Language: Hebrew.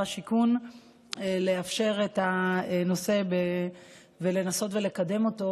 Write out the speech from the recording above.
השיכון לאפשר את הנושא ולנסות ולקדם אותו.